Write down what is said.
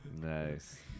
Nice